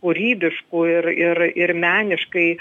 kūrybiškų ir ir ir meniškai